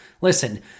Listen